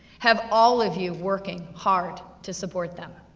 have all of you working hard to support them.